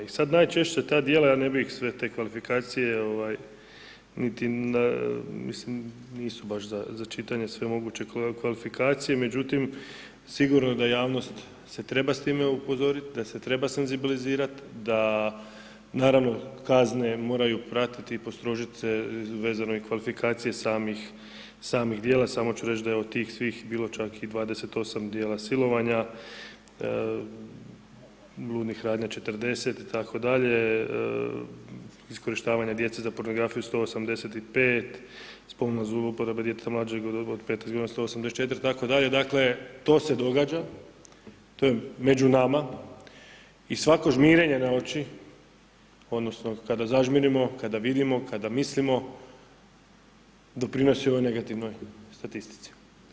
I sad najčešće ta djela, ja ne bih sve te kvalifikacije, niti, mislim nisu baš za čitanje sve moguće kvalifikacije, međutim, sigurno da javnost se treba s time upozoriti, da se treba senzibilizirati, da naravno, kazne moraju pratiti i postrožiti se vezano i kvalifikacije samih djela, samo ću reći da je od tih svih bilo čak i 28 djela silovanja, bludnih radnji 40 itd., iskorištavanje djece za pornografiju 185, spolne uporabe djeteta mlađeg od 15 godina 184, dakle, to se događa, to je među nama i svako žmirenje na oči odnosno kada zažmirimo, kada vidimo, kada mislimo, doprinosi ovoj negativnoj statistici.